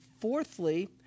fourthly